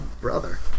brother